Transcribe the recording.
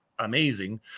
Amazing